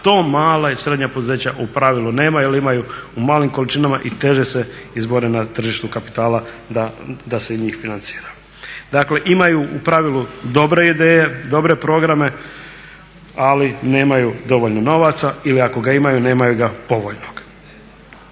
a to mala i srednja poduzeća u pravilu nemaju jel imaju u malim količinama i teže se izbore na tržištu kapitala da se njih financira. Dakle imaju u pravilu dobre ideje, dobre programe ali nemaju dovoljno novaca ili ako ga imaju nemaju ga povoljnog.